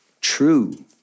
true